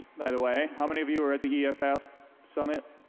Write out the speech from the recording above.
by the way, how many of you were at the eff eff summit?